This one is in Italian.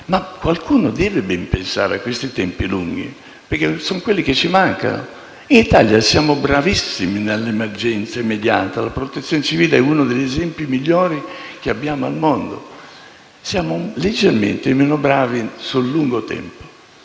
ma qualcuno deve pensare a questi tempi lunghi, perché sono quelli che ci mancano. In Italia siamo bravissimi nell'emergenza immediata. La Protezione civile è uno degli esempi migliori che abbiamo al mondo; siamo leggermente meno bravi sul lungo termine.